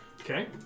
Okay